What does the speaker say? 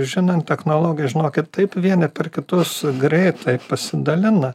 žinant technologiją žinokit taip vieni per kitus greitai pasidalina